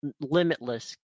limitless